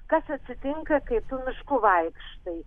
kas atsitinka kaip mišku vaikštai